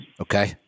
Okay